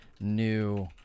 New